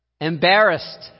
Embarrassed